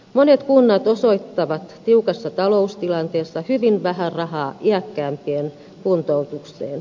monet kunnat osoittavat tiukassa taloustilanteessa hyvin vähän rahaa iäkkäämpien kuntoutukseen